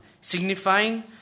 signifying